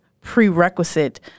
prerequisite